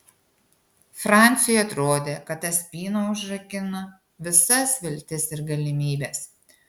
franciui atrodė kad ta spyna užrakina visas viltis ir galimybes